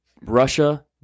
Russia